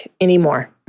anymore